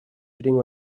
sitting